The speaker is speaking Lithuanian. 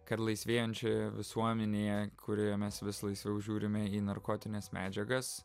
kad laisvėjančioje visuomenėje kurioje mes vis laisviau žiūrime į narkotines medžiagas